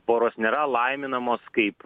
poros nėra laiminamos kaip